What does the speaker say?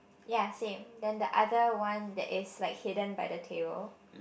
ya same then the other one that is like hidden by the table